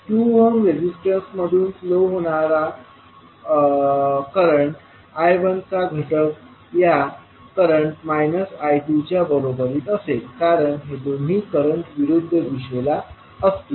2 ohm resistance मधून flow होणाऱ्या current I1चा घटक या करंट I2च्या बरोबरीत असेल कारण हे दोन्ही करंट विरुद्ध दिशेला असतील